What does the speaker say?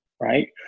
right